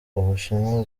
ubushinwa